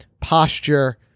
posture